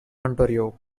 ontario